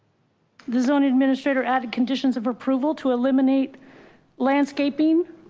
the zoning administrator added conditions of approval to eliminate landscaping,